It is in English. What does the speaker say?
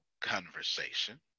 conversation